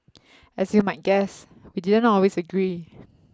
as you might guess we didn't always agree